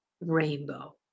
rainbow